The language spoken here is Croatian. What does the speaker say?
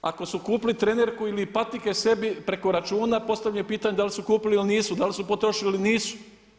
Ako su kupili trenirku ili patike sebi preko računa … pitanje da li su kupili ili nisu, da li su potrošili ili nisu.